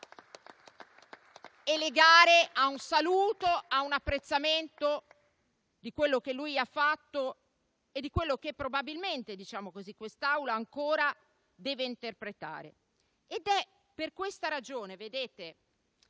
e legare a un saluto e a un apprezzamento di quello che ha fatto e di quello che probabilmente quest'Assemblea ancora deve interpretare. È per questa ragione che